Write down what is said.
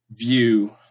view